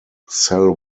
cell